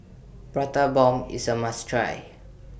Prata Bomb IS A must Try